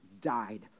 died